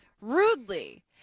rudely